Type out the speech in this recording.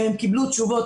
והפונים קיבלו תשובות.